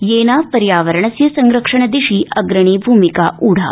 येन पर्यावरणस्य संरक्षणदिशि अग्रणी भूमिका उढा